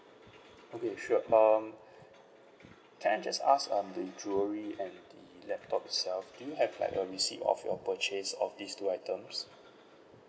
okay sure um can I just ask um the jewellery and the laptop itself do you have like a receipt of your purchase of this two items